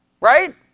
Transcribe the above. Right